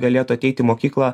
galėtų ateiti į mokyklą